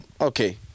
okay